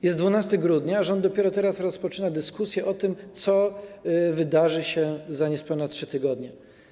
Jest 12 grudnia, a rząd dopiero teraz rozpoczyna dyskusję o tym, co wydarzy się za niespełna 3 tygodnie.